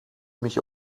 mich